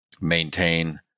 maintain